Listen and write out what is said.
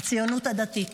הציונות הדתית,